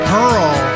Pearl